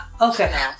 Okay